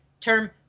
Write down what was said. term